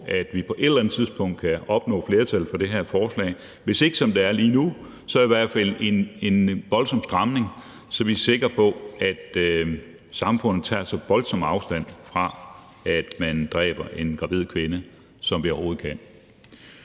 at vi på et eller andet tidspunkt kan opnå flertal for det her forslag, og hvis ikke, som det er lige nu, så i hvert fald opnå en voldsom stramning, så vi er sikre på, at samfundet tager så voldsomt afstand fra, at man dræber en gravid kvinde, som vi overhovedet kan.